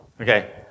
Okay